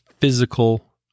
physical